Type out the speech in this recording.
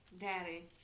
Daddy